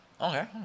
Okay